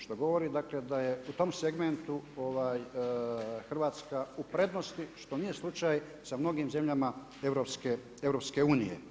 Što govori dakle da je u tom segmentu Hrvatska u prednosti što nije slučaj sa mnogim zemljama EU.